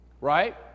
right